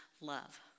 love